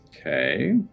Okay